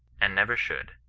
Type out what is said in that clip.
and never should,